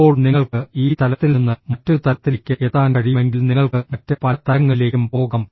ഇപ്പോൾ നിങ്ങൾക്ക് ഈ തലത്തിൽ നിന്ന് മറ്റൊരു തലത്തിലേക്ക് എത്താൻ കഴിയുമെങ്കിൽ നിങ്ങൾക്ക് മറ്റ് പല തലങ്ങളിലേക്കും പോകാം